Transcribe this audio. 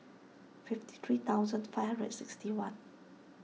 fifty three thousand five hundred and sixty one